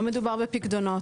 לא מדובר בפיקדונות.